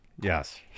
yes